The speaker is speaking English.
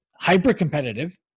hyper-competitive